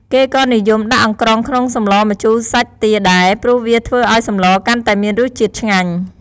គេក៏និយមដាក់អង្រ្កងក្នុងសម្លម្ជូរសាច់ទាដែរ ព្រោះវាធ្វើឱ្យសម្លកាន់តែមានរសជាតិឆ្ងាញ់។